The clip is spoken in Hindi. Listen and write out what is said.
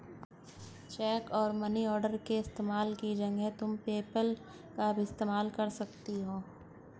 चेक और मनी ऑर्डर के इस्तेमाल की जगह तुम पेपैल का इस्तेमाल भी कर सकती हो